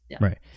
Right